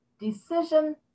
decision